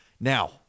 Now